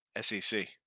SEC